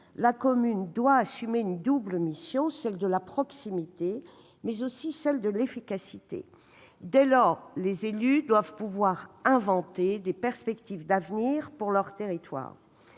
la commune doit assumer une double mission : celle de la proximité, mais aussi celle de l'efficacité. Exactement ! Dès lors, les élus doivent pouvoir inventer des perspectives d'avenir pour leur territoire.